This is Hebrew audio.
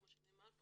כמו שנאמר,